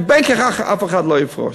כי בין כך אף אחד לא יפרוש.